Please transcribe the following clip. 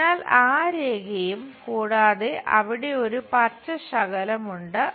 അതിനാൽ ആ രേഖയും കൂടാതെ അവിടെ ഒരു പച്ച ശകലം ഉണ്ട്